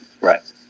Right